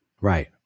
Right